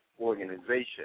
organization